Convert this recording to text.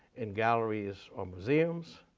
in galleries or museums,